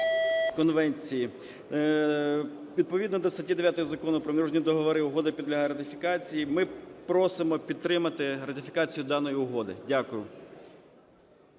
конвенції. Відповідно до статті 9 Закону "Про міжнародні договори" угода підлягає ратифікації. Ми просимо підтримати ратифікацію даної угоди. Дякую.